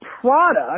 product